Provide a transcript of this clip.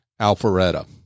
Alpharetta